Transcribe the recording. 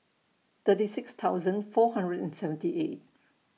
thirty six thousand four hundred and seventy eight